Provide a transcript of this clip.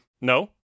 No